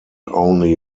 only